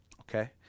Okay